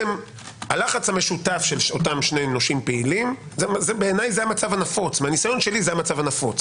הלחץ המשותף של אותם שני נושים פעילים מהניסיון שלי זה המצב הנפוץ